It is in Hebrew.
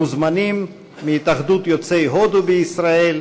מוזמנים מהתאחדות יוצאי הודו בישראל,